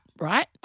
right